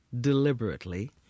deliberately